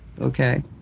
okay